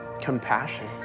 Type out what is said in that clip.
compassion